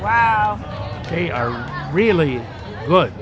wow they are really good